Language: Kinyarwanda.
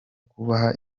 kubaha